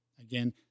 Again